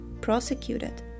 prosecuted